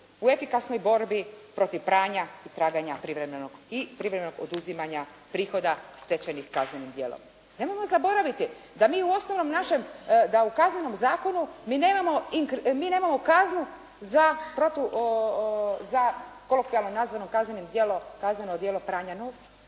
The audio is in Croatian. u efikasnoj borbi protiv pranja … /Govornik se ne razumije./ … privremenog i privremenog oduzimanja prihoda stečenih kaznenim djelom. Nemojmo zaboraviti da mi u osnovnom ponašanju, da u Kaznenom zakonu mi nemamo kaznu za kolokvijalno nazvano Kazneno djelo pranja novca,